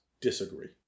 Disagree